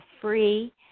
free